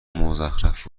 مزخرف